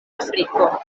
afriko